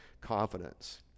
confidence